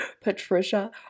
patricia